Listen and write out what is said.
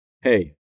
Hey